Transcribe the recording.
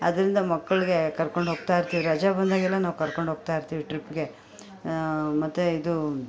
ಆದ್ದರಿಂದ ಮಕ್ಕಳಿಗೆ ಕರ್ಕೊಂಡೋಗ್ತಾಯಿರ್ತೀವಿ ರಜೆ ಬಂದಾಗೆಲ್ಲ ನಾವು ಕರ್ಕೊಂಡೋಗ್ತಾಯಿರ್ತೀವಿ ಟ್ರಿಪ್ಗೆ ಮತ್ತೆ ಇದು